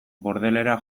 bordelera